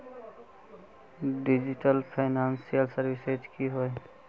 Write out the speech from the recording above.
Digital financial services की होय?